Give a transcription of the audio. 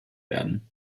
werden